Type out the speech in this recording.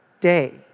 day